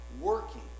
working